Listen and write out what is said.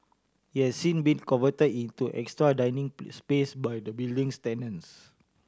it has since been convert into extra dining space by the building's tenants